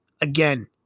Again